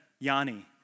Yanni